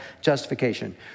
justification